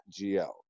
GL